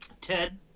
Ted